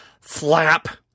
flap